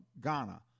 Ghana